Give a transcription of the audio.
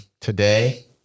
Today